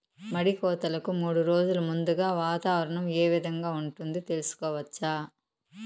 మడి కోతలకు మూడు రోజులు ముందుగా వాతావరణం ఏ విధంగా ఉంటుంది, తెలుసుకోవచ్చా?